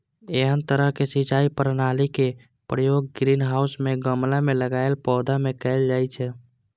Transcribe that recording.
एहन तरहक सिंचाई प्रणालीक प्रयोग ग्रीनहाउस मे गमला मे लगाएल पौधा मे कैल जाइ छै